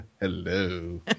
Hello